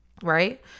right